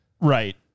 right